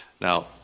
Now